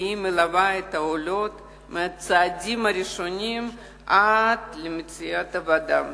והיא מלווה את העולות מהצעדים הראשונים עד למציאת עבודה.